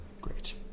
Great